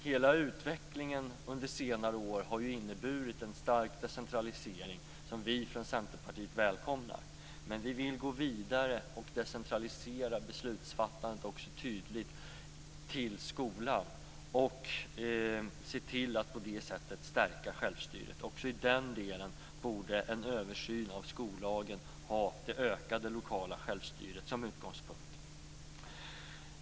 Hela utvecklingen under senare år har ju inneburit en stark decentralisering som vi i Centerpartiet välkomnar. Men vi vill gå vidare och decentralisera beslutsfattandet tydligt till skolan och på det sättet se till att stärka självstyret. Också i den delen borde en översyn av skollagen ha det ökade lokala självstyret som utgångspunkt.